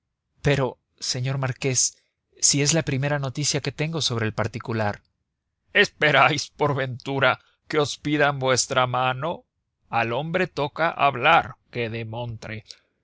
pero señor marqués si es la primera noticia que tengo sobre ese particular esperáis por ventura que os pidan vuestra mano al hombre toca hablar qué